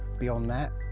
beyond that,